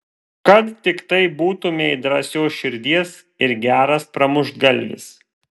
kad tiktai būtumei drąsios širdies ir geras pramuštgalvis